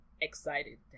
excited